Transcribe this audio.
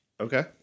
Okay